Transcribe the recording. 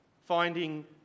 finding